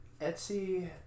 Etsy